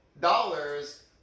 dollars